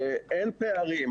אין פערים.